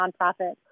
nonprofit